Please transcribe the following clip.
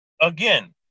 again